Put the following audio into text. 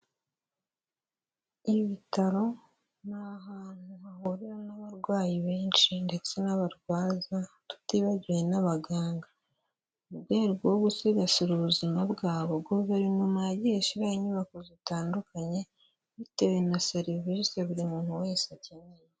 Ibitaro ni ahantu hahurira n'abarwayi benshi ndetse n'abarwaza tutibagiwe n'abaganga, mu rwego rwo gusigasira ubuzima bwabo, guverinoma yagiye ishyiraho inyubako zitandukanye bitewe na serivisi buri muntu wese akeneye.